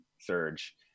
surge